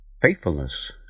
faithfulness